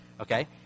Okay